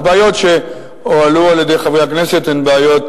הבעיות שהועלו על-ידי חברי הכנסת הן בעיות